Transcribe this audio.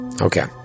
Okay